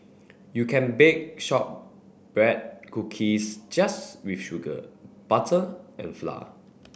you can bake shortbread cookies just with sugar butter and flour